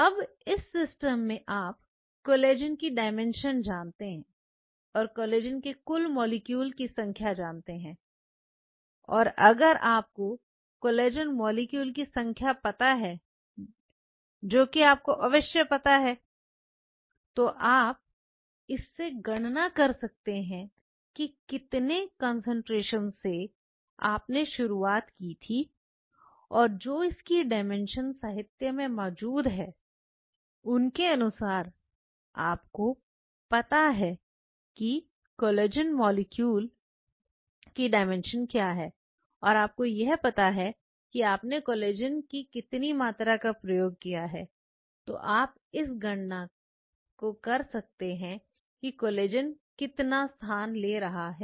अब इस सिस्टम में आप कोलेजन की डाइमेंशन जानते हैं और कोलेजन के कुल मॉलिक्यूल की संख्या जानते हैं और अगर आपको कोलेजन मॉलिक्यूल की संख्या पता है जो कि आपको अवश्य पता है तो आप इससे गणना कर सकते हैं कि कितने कंसंट्रेशन से आपने शुरुआत की थी और जो इसकी डायमेंशन साहित्य में मौजूद है उनके अनुसार आपको पता है कि कोलेजन मॉलिक्यूल की डायमेंशन क्या है और आपको यह पता है कि आपने कॉलेज इन की कितनी मात्रा का प्रयोग किया है तो आप इससे गणना कर सकते हैं कि कोलेजन कितना स्थान ले रहा है